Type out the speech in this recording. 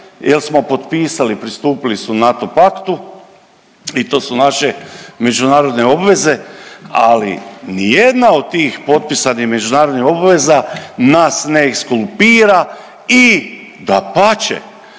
jer smo potpisali, pristupili smo NATO paktu i to su naše međunarodne obveze ali ni jedna od tih potpisanih međunarodnih obveza nas ne ekskulpira i dapače,